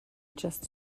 adjust